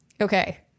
Okay